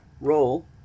roll